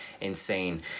insane